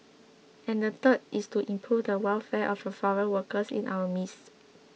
and the third is to improve the welfare of the foreign workers in our midst